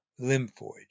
lymphoid